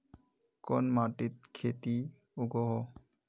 कोन माटित खेती उगोहो?